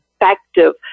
effective